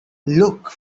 look